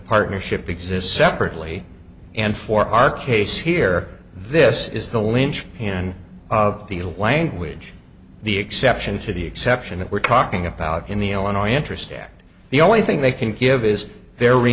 partnership exist separately and for our case here this is the linchpin of the language the exception to the exception that we're talking about in the illinois interest act the only thing they can give is